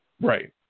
Right